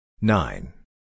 Nine